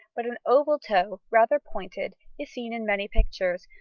but an oval toe, rather pointed, is seen in many pictures,